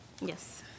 Yes